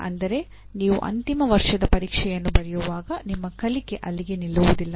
ಅಂದರೆ ನೀವು ಅಂತಿಮ ವರ್ಷದ ಪರೀಕ್ಷೆಯನ್ನು ಬರೆಯುವಾಗ ನಿಮ್ಮ ಕಲಿಕೆ ಅಲ್ಲಿಗೆ ನಿಲ್ಲುವುದಿಲ್ಲ